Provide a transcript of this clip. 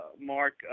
Mark